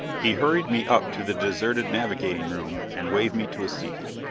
he hurried me up to the deserted navigating room and waved me to a seat.